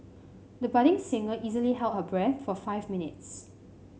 the budding singer easily held her breath for five minutes